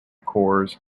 corps